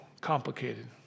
complicated